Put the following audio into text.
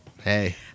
Hey